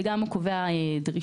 וגם הוא קובע דרישות.